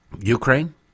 Ukraine